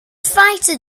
fighter